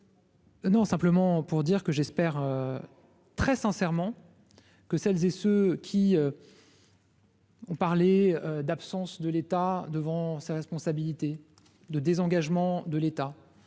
Non, simplement pour dire que j'espère très sincèrement que celles et ceux qui. On parlait d'absence de l'État devant ses responsabilités de désengagement de l'État,